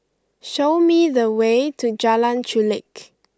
show me the way to Jalan Chulek